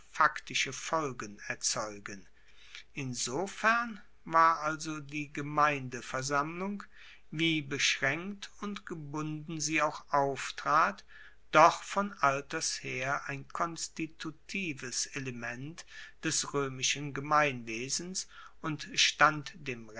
faktische folgen erzeugen insofern war also die gemeindeversammlung wie beschraenkt und gebunden sie auch auftrat doch von alters her ein konstitutives element des roemischen gemeinwesens und stand dem